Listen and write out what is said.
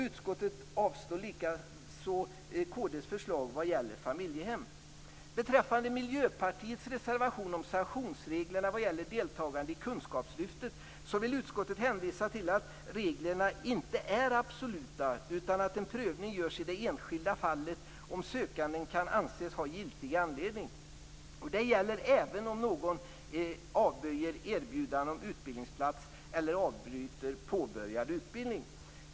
Utskottet avslår likaså kd:s förslag vad gäller familjehem. Beträffande Miljöpartiets reservation om sanktionsreglerna vad gäller deltagande i kunskapslyftet vill utskottet hänvisa till att reglerna inte är absoluta utan att en prövning görs i det enskilda fallet av om sökanden kan anses ha giltig anledning. Det gäller även när någon avböjer erbjudande om utbildningsplats eller avbryter påbörjad utbildning.